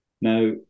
Now